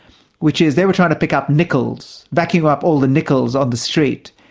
which is, they were trying to pick up nickels, vacuuming up all the nickels on the street,